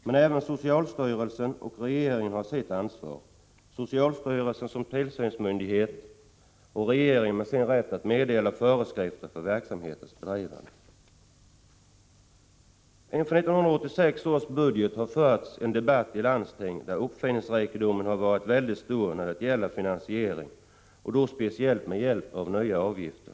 Men även socialstyrelsen och regeringen har sitt ansvar — socialstyrelsen som tillsynsmyndighet och regeringen genom sin rätt att meddela föreskrifter för verksamhetens bedrivande. Inför 1986 års budget fördes i ett landsting en debatt, där uppfinningsrikedomen var väldigt stor när det gällde finansieringen — speciellt med hjälp av nya avgifter.